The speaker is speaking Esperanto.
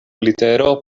litero